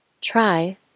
Try